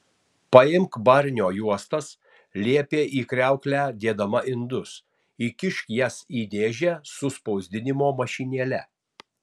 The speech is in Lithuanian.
paimk barnio juostas liepė į kriauklę dėdama indus įkišk jas į dėžę su spausdinimo mašinėle